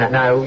Now